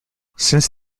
since